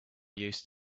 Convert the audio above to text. used